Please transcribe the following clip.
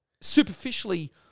superficially